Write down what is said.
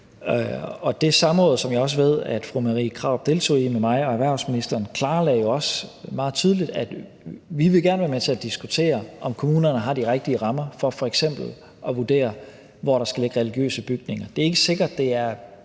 Det samråd, som jeg også ved at fru Marie Krarup deltog i med mig og erhvervsministeren, klargjorde jo også meget tydeligt, at vi gerne vil være med til at diskutere, om kommunerne har de rigtige rammer for f.eks. at vurdere, hvor der skal ligge religiøse bygninger. Det er ikke sikkert, at det er